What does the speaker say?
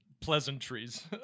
pleasantries